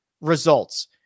results